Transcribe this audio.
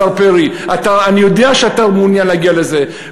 השר פרי, אני יודע שאתה מעוניין להגיע לזה.